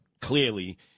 clearly